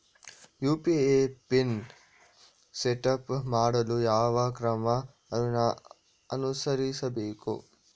UPI PIN setup ಮಾಡಲು ಯಾವ ಕ್ರಮ ಅನುಸರಿಸಬೇಕು?